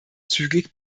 zügig